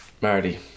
Marty